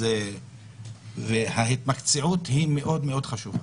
אז ההתמקצעות היא מאוד מאוד חשובה.